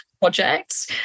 Projects